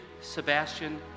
Sebastian